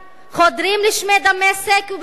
חודרים לשמי דמשק וביירות?